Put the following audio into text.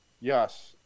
Yes